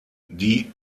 die